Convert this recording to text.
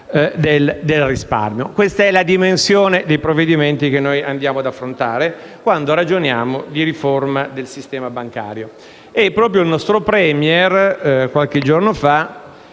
del risparmio. Questa è la dimensione dei provvedimenti che affrontiamo quando ragioniamo di riforma del sistema bancario. Il nostro *Premier* qualche giorno fa